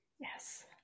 Yes